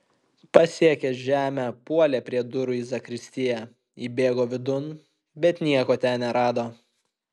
pasiekęs žemę puolė prie durų į zakristiją įbėgo vidun bet nieko ten nerado